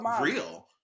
real